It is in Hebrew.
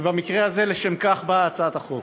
ובמקרה הזה, לשם כך באה הצעת החוק.